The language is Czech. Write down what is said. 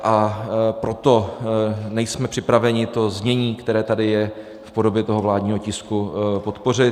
A proto nejsme připraveni to znění, které tady je v podobě toho vládního tisku, podpořit.